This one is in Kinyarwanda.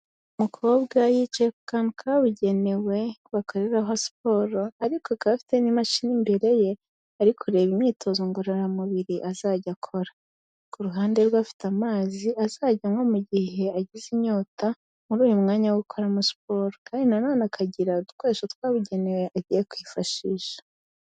Umukobwa yicaye ku kantu kabugenewe bakoreraho siporo ariko akaba afite n'imashini imbere ye ari kureba imyitozo ngororamubiri azajya akora, ku ruhande rwe afite amazi azajya anywa mu gihe agize inyota muri uyu mwanya wo gukoramo siporo kandi na none akagira udukoresho twabugenewe agiye kwifashisha.